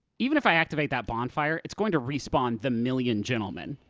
even if i activate that bonfire, it's going to respawn the million gentlemen.